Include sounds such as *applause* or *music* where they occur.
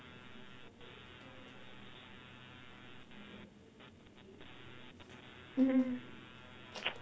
mm *noise*